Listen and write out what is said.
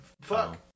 Fuck